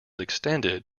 extended